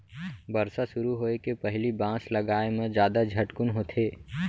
बरसा सुरू होए के पहिली बांस लगाए म जादा झटकुन होथे